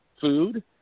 food